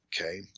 okay